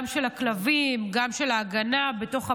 גם של הכלבים, גם של ההגנה בתוך הבית,